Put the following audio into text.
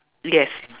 yes